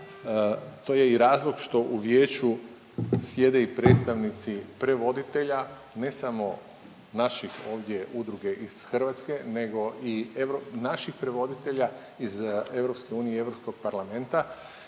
to je i razlog što u vijeću sjede i predstavnici prevoditelja, ne samo naših ovdje udruge iz Hrvatske nego i naših prevoditelja iz EU i Europskog parlamenta